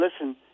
listen